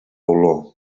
olor